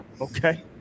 Okay